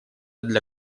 для